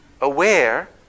aware